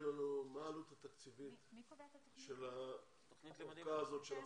לנו מה העלות התקציבית של הארכָּה הזו של החודשיים,